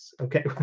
Okay